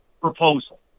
proposal